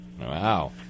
Wow